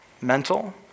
Mental